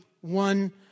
one